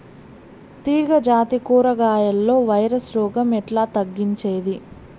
తీగ జాతి కూరగాయల్లో వైరస్ రోగం ఎట్లా తగ్గించేది?